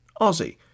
Aussie